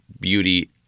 beauty